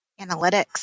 analytics